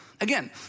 Again